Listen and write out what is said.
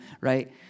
right